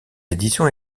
éditions